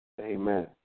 Amen